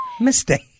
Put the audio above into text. Mistake